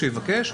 שיבקש,